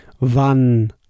Wann